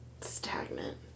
stagnant